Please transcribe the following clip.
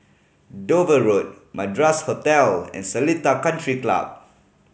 Dover Road Madras Hotel and Seletar Country Club